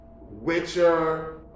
Witcher